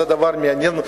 זה דבר מעניין.